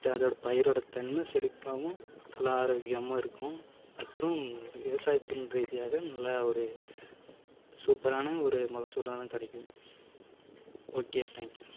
அது அதோடு பயிரோட தன்மை செழிப்பாகவும் நல்லா ஆரோக்கியமாகவும் இருக்கும் மற்றும் விவசாயத்தின் ரீதியாக நல்லா ஒரு சூப்பரான ஒரு மகசூலில் தான் கிடைக்கும் ஓகே தேங்க்ஸ்